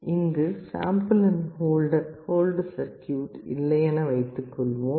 இங்கு sample and hold circuit இல்லையென வைத்துக்கொள்வோம்